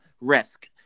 risk